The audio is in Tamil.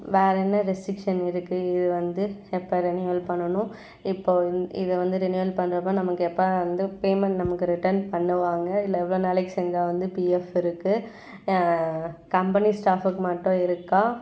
வேறு என்ன ரிஸ்ட்ரிக்ஷன் இருக்குது இது வந்து எப்போ ரினிவல் பண்ணணும் இப்போது இதை வந்து ரினிவல் பண்ணுறப்ப நமக்கு எப்போ அது வந்து பேமெண்ட் நமக்கு ரிட்டர்ன் பண்ணுவாங்க இல்லை எவ்வளோ நாளைக்கு செஞ்சால் வந்து பிஎஃப் இருக்குது கம்பெனி ஸ்டாஃபுக்கு மட்டும் இருக்கா